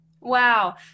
Wow